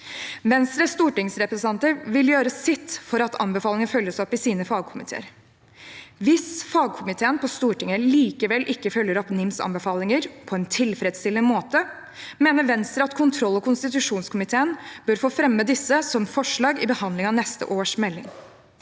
Venstres stortingsrepresentanter vil i sine fagkomiteer gjøre sitt for at anbefalingene følges opp. Hvis fagkomiteene på Stortinget likevel ikke følger opp NIMs anbefalinger på en tilfredsstillende måte, mener Venstre at kontroll- og konstitusjonskomiteen bør få fremme disse som forslag i behandlingen av neste års melding.